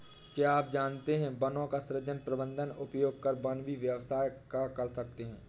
क्या आप जानते है वनों का सृजन, प्रबन्धन, उपयोग कर वानिकी व्यवसाय कर सकते है?